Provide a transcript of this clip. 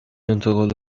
انتقال